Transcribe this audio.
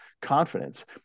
confidence